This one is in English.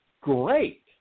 great